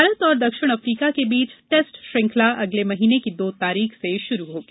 भारत और दक्षिण अफ्रीका के बीच टेस्ट श्रंखला अगले महीने की दो तारीख से शुरू होगी